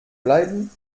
bleiben